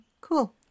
Cool